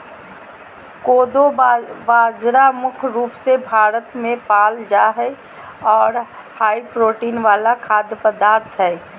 कोदो बाजरा मुख्य रूप से भारत मे पाल जा हय आर हाई प्रोटीन वाला खाद्य पदार्थ हय